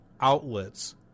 outlets